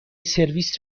سرویس